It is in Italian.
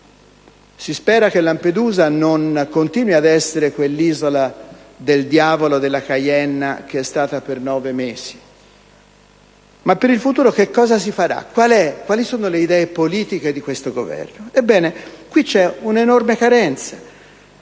Si spera che Lampedusa non continui ad essere quell'Isola del Diavolo della Caienna che è stata per nove mesi, ma in futuro che cosa si farà? Quali sono le idee politiche del Governo? Su questo punto vi è un'enorme carenza.